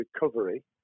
recovery